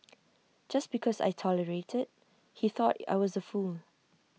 just because I tolerated he thought I was A fool